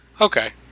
Okay